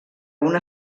una